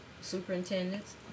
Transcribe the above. superintendents